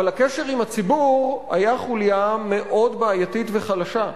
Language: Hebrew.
אבל הקשר עם הציבור היה חוליה מאוד בעייתית וחלשה.